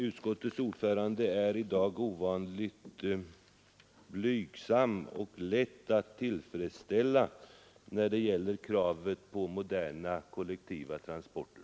Utskottets ordförande är i dag ovanligt blygsam och lätt att tillfredsställa när det gäller kravet på moderna kollektiva transporter.